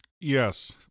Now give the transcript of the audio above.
Yes